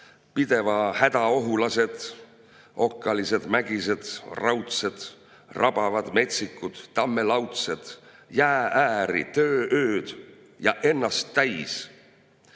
pidevahädaohulased okkalised, mägised, raudsed, rabavad metsikud, tammelaudsed. jää-ääri, töö-ööd ja ennast täis,